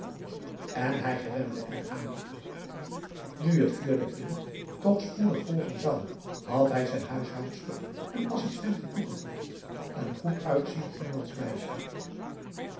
en hij gewende eraan nu het vierde kind toch spoedig volgen zou had hij zijn huishoudster een assistente toegevoegd een goed uitziend inlandsch meisje